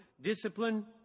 discipline